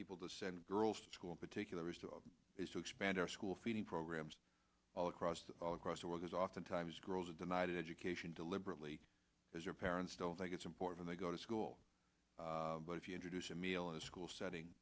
people to send girls to school particular is to expand our school feeding programs all across all across the world as oftentimes girls are denied education deliberately as their parents don't think it's important they go to school but if you introduce a meal in a school setting